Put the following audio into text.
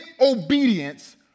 obedience